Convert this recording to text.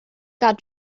got